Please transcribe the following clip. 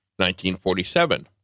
1947